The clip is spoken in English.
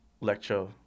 lecture